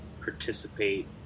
participate